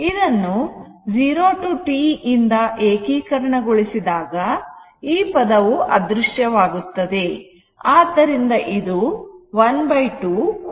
ಇದನ್ನು 0 to t ಇಂದ ಏಕೀಕರಣ ಗೊಳಿಸಿದಾಗ ಈ ಪದವು ಅದೃಶ್ಯವಾಗುತ್ತದೆ